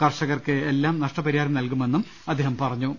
കർഷകർക്ക് എല്ലാം നഷ്ടപരിഹാരം നൽകു മെന്നും അദ്ദേഹം പറഞ്ഞു